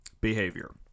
behavior